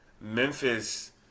Memphis